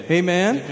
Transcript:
amen